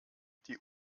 die